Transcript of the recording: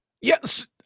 Yes